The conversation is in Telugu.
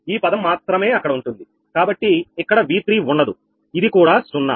ఈ పదం మాత్రమే అక్కడ ఉంటుందికాబట్టి ఇక్కడ V3 ఉండదు ఇది కూడా 0